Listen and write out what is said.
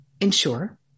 ensure